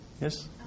Yes